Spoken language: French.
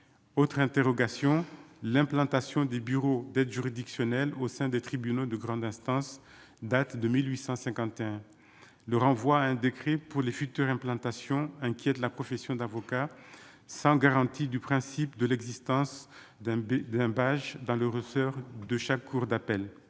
autre interrogation : l'implantation des bureaux d'aide juridictionnelle au sein des tribunaux de grande instance date de 1851 le renvoie à un décret pour les futures implantations inquiète la profession d'avocat, sans garantie du principe de l'existence d'un but d'un barrage dans le ressort de chaque cour d'appel